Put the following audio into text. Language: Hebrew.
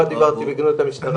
לא דיברתי בגנות המשטרה.